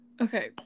Okay